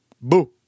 boo